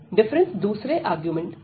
difference दूसरे argument α के साथ है